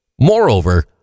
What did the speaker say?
Moreover